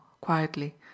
quietly